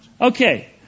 Okay